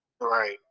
Right